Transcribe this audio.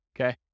okay